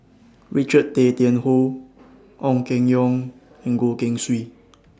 Richard Tay Tian Hoe Ong Keng Yong and Goh Keng Swee